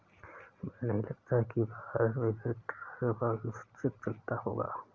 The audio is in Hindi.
मुझे नहीं लगता कि भारत में भी ट्रैवलर्स चेक चलता होगा